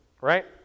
right